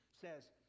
says